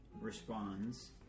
responds